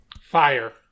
Fire